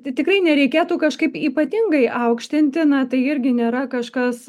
tikrai nereikėtų kažkaip ypatingai aukštinti na tai irgi nėra kažkas